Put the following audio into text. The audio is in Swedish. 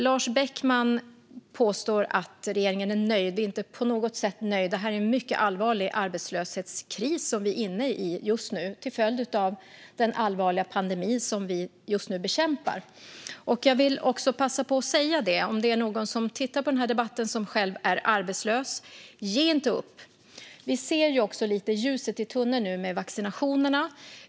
Lars Beckman påstår att regeringen är nöjd. Vi är inte på något sätt nöjda, utan det är en mycket allvarlig arbetslöshetskris som vi nu är inne i till följd av den allvarliga pandemi som vi just nu bekämpar. Jag vill också passa på att säga något till den som lyssnar på debatten och som själv är arbetslös: Ge inte upp! Vi ser lite grann ljuset i tunneln i och med vaccinationerna.